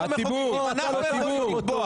אנחנו מחוקקים, אנחנו --- הציבור.